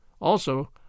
Also